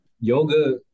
Yoga